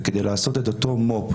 וכדי לעשות את אותו מו"פ,